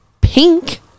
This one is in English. Pink